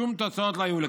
שום תוצאות לא היו לכך.